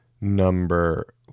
Number